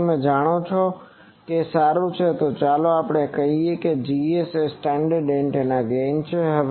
તેથી તમે જાણો છો કે તે સારું છે તે ચાલો આપણે કહીએ કે Gs એ સ્ટાન્ડરડ એન્ટેનાનો ગેઈન છે